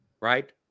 right